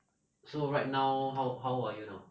so right now how how old you now